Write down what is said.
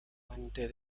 fuente